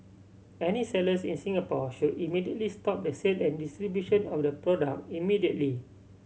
any sellers in Singapore should immediately stop the sale and distribution of the product immediately